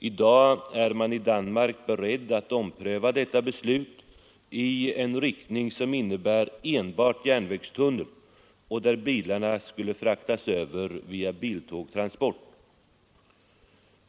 I dag är man i Danmark beredd att ompröva detta beslut i en riktning som innebär enbart järnvägstunnel, där bilarna skulle fraktas över via biltågstransport.